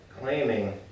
claiming